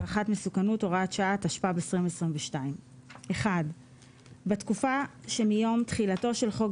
והערכת מסוכנות הוראת שעה 1. בתקופה שמיום תחילתו של חוק